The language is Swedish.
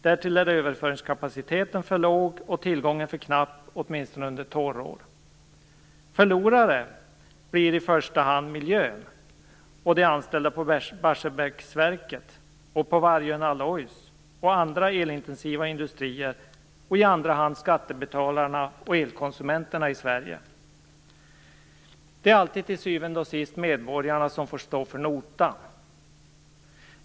Därtill är överföringskapaciteten för låg och tillgången för knapp, åtminstone under torrår. Förlorare blir i första hand miljön och de anställda på Barsebäcksverket och på Vargön-Alloys och andra elintensiva industrier, och i andra hand skattebetalarna och elkonsumenterna i Sverige. Det är alltid till syvende och sist medborgarna som får stå för notan.